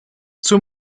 zur